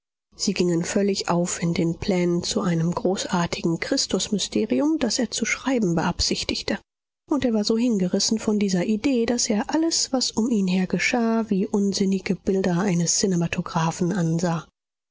sie gingen völlig auf in den plänen zu einem großartigen christusmysterium das er zu schreiben beabsichtigte und er war so hingerissen von dieser idee daß er alles was um ihn her geschah wie unsinnige bilder eines kinematographen ansah